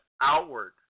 outward